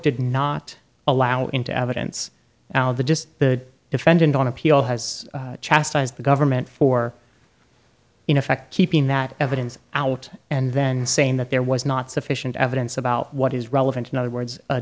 did not allow into evidence now the just the defendant on appeal has chastised the government for in effect keeping that evidence out and then saying that there was not sufficient evidence about what is relevant in other words a